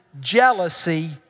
jealousy